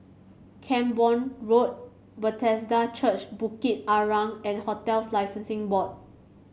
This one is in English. Camborne Road Bethesda Church Bukit Arang and Hotels Licensing Board